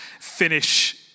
finish